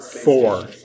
Four